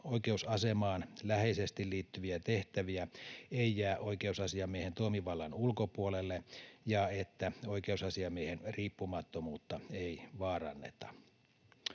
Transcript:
oikeusasemaan läheisesti liittyviä tehtäviä ei jää oikeusasiamiehen toimivallan ulkopuolelle ja että oikeusasiamiehen riippumattomuutta ei vaaranneta.